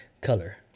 color